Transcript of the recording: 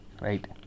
Right